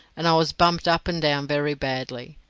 and i was bumped up and down very badly.